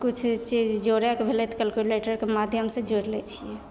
किछु चीज जोड़ैके भेलै तऽ कैलकुलेटरके माध्यम से जोड़ि लै छियै